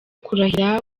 kurahira